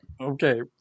Okay